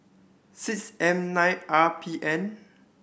six M nine R P N